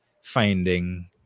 finding